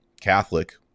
Catholic